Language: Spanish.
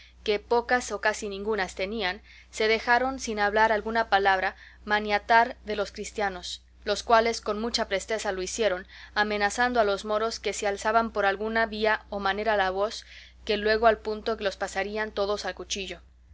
que pocas o casi ningunas tenían se dejaron sin hablar alguna palabra maniatar de los cristianos los cuales con mucha presteza lo hicieron amenazando a los moros que si alzaban por alguna vía o manera la voz que luego al punto los pasarían todos a cuchillo